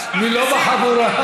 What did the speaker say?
מי לא בחבורה.